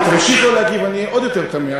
אם תמשיך לא להגיב אני אהיה עוד יותר תמה.